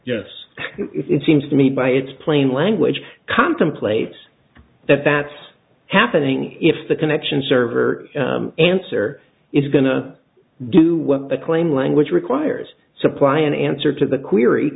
yes it seems to me by its plain language contemplates that that's happening if the connection server answer is going to do what the claim language requires supply an answer to the query